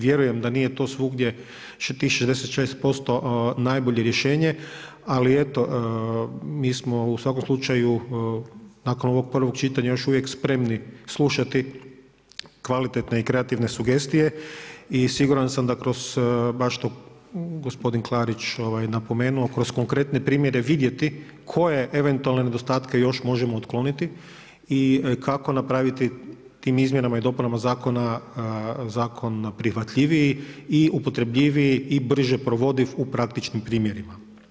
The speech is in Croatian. Vjerujem da nije to svugdje tih 66% najbolje rješenje, ali eto mi smo u svakom slučaju nakon ovog prvog čitanja još uvijek spremni slušati kvalitetne i kreativne sugestije i siguran sam da kroz baš je to gospodin Klarić napomenuo kroz konkretne primjere vidjeti koje eventualne nedostatke još možemo otkloniti i kako napraviti tim izmjenama i dopunama zakona zakon prihvatljiviji i upotrebljiviji i brže provodiv u praktičnim primjerima.